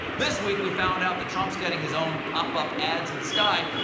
this week, we found out that trump's getting his own pop-up ads in the sky,